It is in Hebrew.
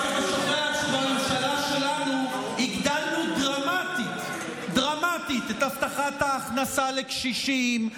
רק שאתה שוכח שבממשלה שלנו הגדלנו דרמטית את הבטחת ההכנסה לקשישים,